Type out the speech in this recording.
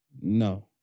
No